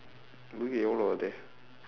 இப்பதுக்கு எவ்வளவு வருது:ippathukku evvalavu varuthu